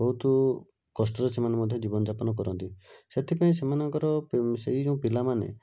ବହୁତ କଷ୍ଟରେ ସେମାନେ ମଧ୍ୟ ଜୀବନଯାପନ କରନ୍ତି ସେଥିପାଇଁ ସେମାନଙ୍କର ସେଇ ଯେଉଁ ପିଲାମାନେ